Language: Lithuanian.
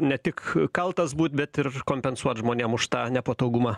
ne tik kaltas būt bet ir kompensuot žmonėm už tą nepatogumą